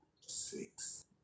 six